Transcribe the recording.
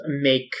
make